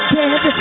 dead